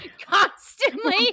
constantly